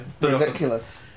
ridiculous